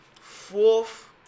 fourth